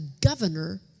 governor